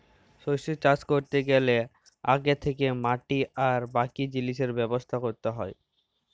শস্য চাষ ক্যরতে গ্যালে আগে থ্যাকেই মাটি আর বাকি জিলিসের ব্যবস্থা ক্যরতে হ্যয়